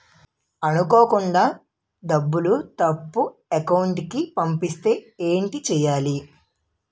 అనుకోకుండా డబ్బులు తప్పు అకౌంట్ కి పంపిస్తే ఏంటి చెయ్యాలి?